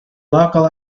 local